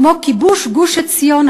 כמו כיבוש גוש-עציון,